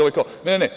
Ovaj kao – Ne, ne.